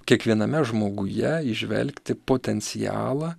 kiekviename žmoguje įžvelgti potencialą